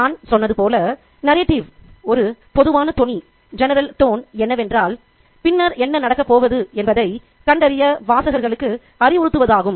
நான் சொன்னது போல் நரேடிவ் ஒரு பொதுவான தொனி என்னவென்றால் பின்னர் என்ன நடக்கப் போவது என்பதைக் கண்டறிய வாசகர்களுக்கு அறிவுறுத்துவதாகும்